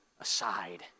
aside